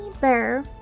Bear